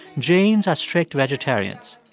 jains are strict vegetarians.